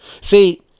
See